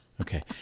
Okay